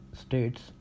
states